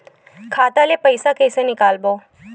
खाता ले पईसा कइसे निकालबो?